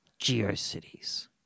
GeoCities